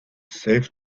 safe